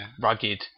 rugged